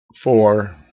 four